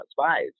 spies